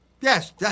yes